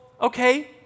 okay